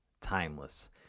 timeless